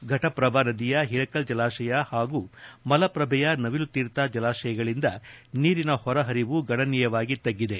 ಫಟಪ್ರಭಾ ನದಿಯ ಹಿಡಕಲ್ ಜಲಾಶಯ ಹಾಗೂ ಮಲಪ್ರಭೆಯ ನವಿಲುತೀರ್ಥ ಜಲಾಶಯಗಳಿಂದ ನೀರಿನ ಹೊರ ಹರಿವು ಗಣನೀಯವಾಗಿ ತಗ್ಗಿದೆ